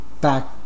back